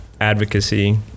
advocacy